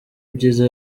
ibyiza